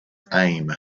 aim